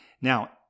Now